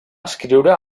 escriure